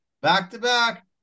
back-to-back